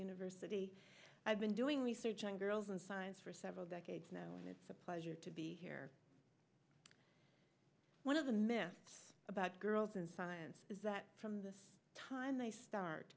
university i've been doing research on girls and science for several decades now and it's a pleasure to be here one of the myths about girls in science is that from the time they start